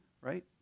right